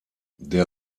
der